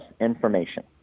Information